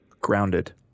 Grounded